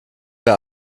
wer